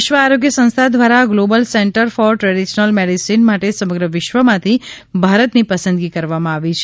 વિશ્વ આરોગ્ય સંસ્થા દ્વારા global centre for traditional medicine માટે સમગ્ર વિશ્વમાંથી ભારતની પસંદગી કરવામાં આવી છે